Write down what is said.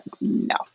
No